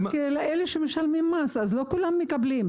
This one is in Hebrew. רק אלה שמשלמים מס, מקבלים.